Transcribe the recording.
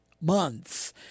months